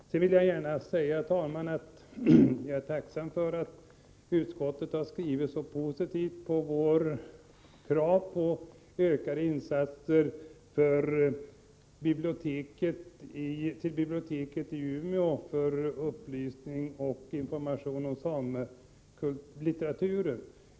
Sedan vill jag, herr talman, gärna säga att jag är tacksam för att utskottet har skrivit så positivt om vårt krav på ökade insatser för biblioteket i Umeå när det gäller upplysning om samelitteraturen.